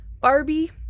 Barbie